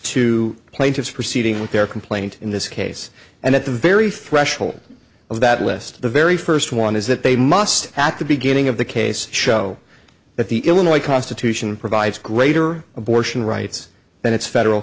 to plaintiffs proceeding with their complaint in this case and at the very threshold of that list the very first one is that they must at the beginning of the case show that the illinois constitution provides greater abortion rights than its federal